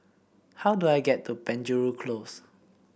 how do I get to Penjuru Close